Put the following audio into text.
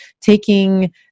taking